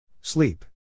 Sleep